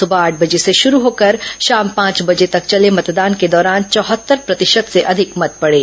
सुबह आठ बजे से शुरू होकर शाम पांच बजे तक चले मतदान के दौरान चौहत्तर प्रतिशत से अधिक मत पड़े